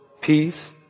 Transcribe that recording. peace